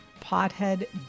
pothead